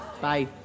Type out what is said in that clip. Bye